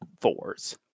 fours